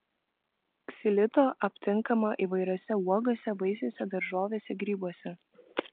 ksilito aptinkama įvairiose uogose vaisiuose daržovėse grybuose